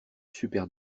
super